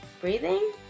Breathing